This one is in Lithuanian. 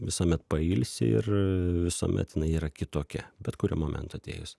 visuomet pailsi ir visuomet jinai yra kitokia bet kuriuo momentu atėjus